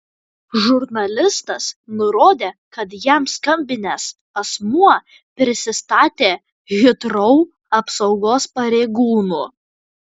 žurnalistas nurodė kad jam skambinęs asmuo prisistatė hitrou apsaugos pareigūnu